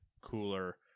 cooler